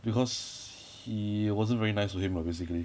because he wasn't very nice to him lah basically